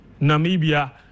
Namibia